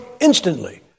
instantly